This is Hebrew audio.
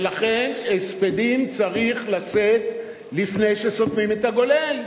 ולכן הספדים צריך לשאת לפני שסותמים את הגולל.